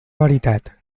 veritat